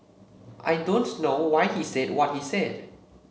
I don't know why he said what he said